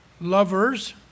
lovers